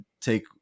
take